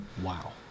wow